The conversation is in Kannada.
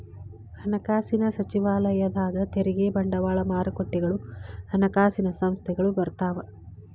ಹಣಕಾಸಿನ ಸಚಿವಾಲಯದಾಗ ತೆರಿಗೆ ಬಂಡವಾಳ ಮಾರುಕಟ್ಟೆಗಳು ಹಣಕಾಸಿನ ಸಂಸ್ಥೆಗಳು ಬರ್ತಾವ